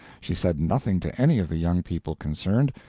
she said nothing to any of the young people concerned,